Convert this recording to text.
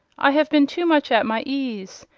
i have been too much at my ease,